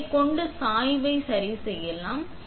இதைக் கொண்டு சாய்வு சரிசெய்யலாம்